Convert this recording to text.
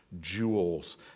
jewels